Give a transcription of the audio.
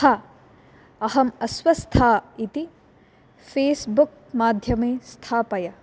हा अहम् अस्वस्था इति फेस्बुक् माध्यमे स्थापय